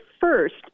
first –